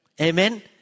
Amen